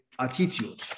attitude